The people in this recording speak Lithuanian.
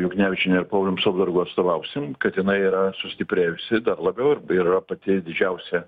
juknevičiene ir paulium saudargu atstovausim kad jinai yra sustiprėjusi dar labiau ir yra pati didžiausia